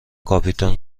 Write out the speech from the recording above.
کاپیتان